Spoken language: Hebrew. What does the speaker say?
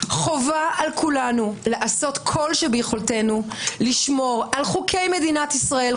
חובה על כולנו לעשות כל שביכולתנו לשמור על חוקי מדינת ישראל,